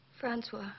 Francois